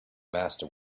master